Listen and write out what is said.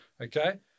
Okay